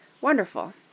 Wonderful